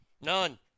None